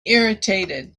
irritated